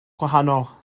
gwahanol